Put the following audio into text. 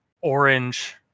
orange